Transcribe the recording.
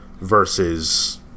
versus